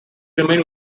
remained